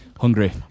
hungry